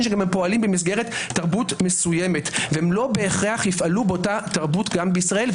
שפועלים במסגרת תרבות מסוימת ולא בהכרח יפעלו באותה תרבות גם בישראל.